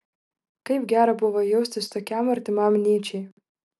kaip gera buvo jaustis tokiam artimam nyčei